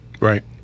Right